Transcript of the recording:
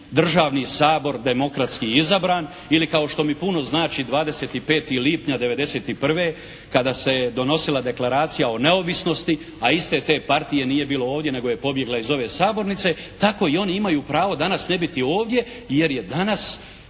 državni Sabor demokratski izabran ili kao što mi puno znači 25. lipnja '91. kada se je donosila Deklaracija o neovisnosti, a iste te partije nije bilo ovdje nego je pobjegla iz ove sabornice, tako i oni imaju pravo danas ne biti ovdje jer je danas